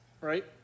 right